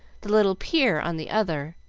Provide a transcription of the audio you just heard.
the little pier on the other,